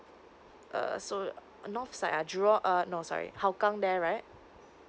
uh so north side ah jurong err no sorry hougang there right